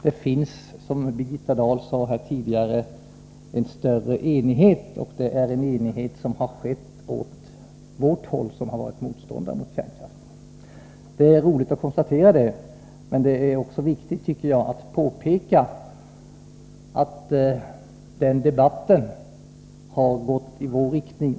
Det finns, som Birgitta Dahl sade här tidigare, en större enighet än förr, och den enighet som vunnits har inneburit att man närmat sig oss som är motståndare mot kärnkraften. Det är roligt att konstatera detta, och det är viktigt att understryka att den debatten alltså har närmat sig vår ståndpunkt.